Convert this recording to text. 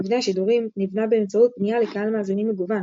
מבנה השידורים נבנה באמצעות פנייה לקהל מאזינים מגוון,